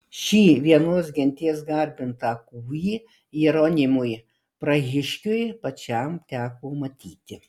šį vienos genties garbintą kūjį jeronimui prahiškiui pačiam teko matyti